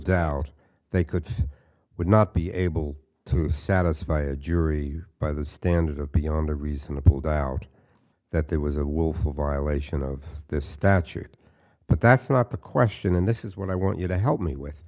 doubt they could would not be able to satisfy a jury by the standard of beyond a reasonable doubt that there was a willful violation of the statute but that's not the question and this is what i want you to help me with